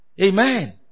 Amen